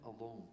alone